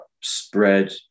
spread